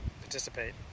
participate